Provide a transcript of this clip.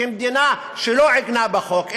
כמדינה שלא עיגנה בחוק,